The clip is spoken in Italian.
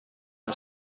una